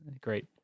great